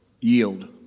yield